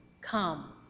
come